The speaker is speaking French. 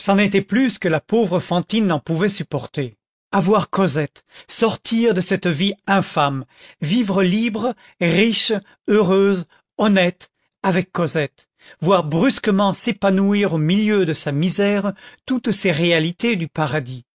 c'en était plus que la pauvre fantine n'en pouvait supporter avoir cosette sortir de cette vie infâme vivre libre riche heureuse honnête avec cosette voir brusquement s'épanouir au milieu de sa misère toutes ces réalités du paradis